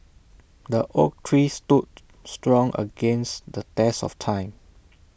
the oak tree stood strong against the test of time